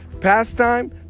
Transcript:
pastime